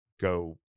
go